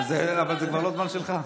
איך זה לספר סיפור לעצמך?